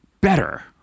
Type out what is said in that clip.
better